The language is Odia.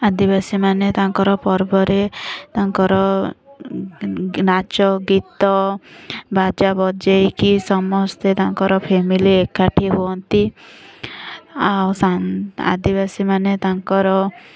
ଆଦିବାସୀମାନେ ତାଙ୍କର ପର୍ବରେ ତାଙ୍କର ନାଚ ଗୀତ ବାଜା ବଜାଇକି ସମସ୍ତେ ତାଙ୍କର ଫ୍ୟାମିଲି ଏକାଠି ହୁଅନ୍ତି ଆଉ ସ ଆଦିବାସୀମାନେ ତାଙ୍କର